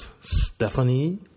Stephanie